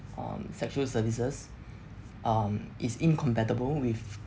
um sexual services um is incompatible with